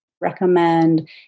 recommend